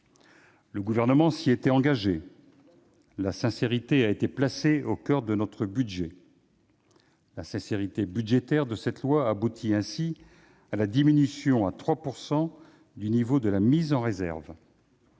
Le Gouvernement s'y était engagé, la sincérité a été placée au coeur de notre budget. La sincérité budgétaire de ce projet de loi aboutit ainsi à la diminution à 3 % du niveau de la mise en réserve,